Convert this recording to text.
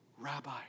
Rabbi